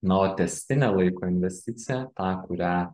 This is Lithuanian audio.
na o tęstinę laiko investiciją tą kurią